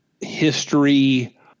history